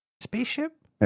Spaceship